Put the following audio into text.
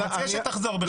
אני מציע שתחזור בך,